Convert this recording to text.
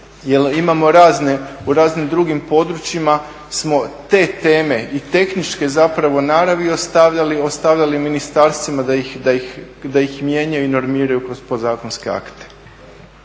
imamo razne, u raznim drugim područjima smo te teme i tehničke zapravo naravi ostavljali ministarstvima da ih mijenjaju i normiraju kroz podzakonske akte.